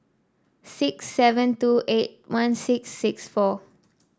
six seven two eight one six six four